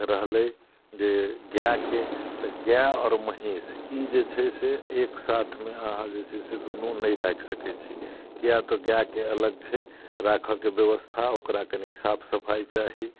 रहलै जे गायके तऽ गाय आओर महींस ई जे छै से एक साथमे अहाँ जे छै से दुनू नहि राखि सकै छी किएक तऽ गायके अलग छै राखऽके व्यवस्था ओकरा कनी साफ सफाइ चाही